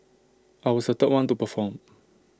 I was the third one to perform